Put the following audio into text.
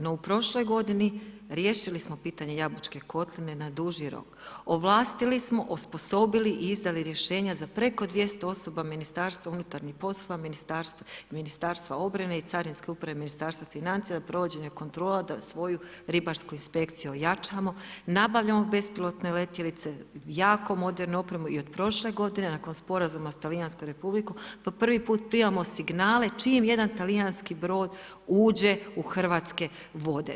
No u prošloj godini riješili smo pitanje Jabučke kotline na duži rok, ovlastili smo, osposobili i izdali rješenja za preko 200 osoba Ministarstvo unutarnjih poslova, Ministarstva obrane i carinske uprave Ministarstva financija provođenje kontrola da svoju ribarsku inspekciju ojačamo, nabavljamo bespilotne letjelice, jako modernu opremu i od prošle godine nakon sporazuma s Talijanskom republikom po prvi put primamo signale čim jedan talijanski brod uđe u hrv. vode.